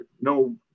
No